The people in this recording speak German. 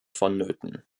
vonnöten